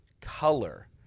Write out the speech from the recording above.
color